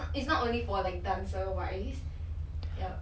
oh I mean I think